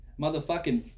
motherfucking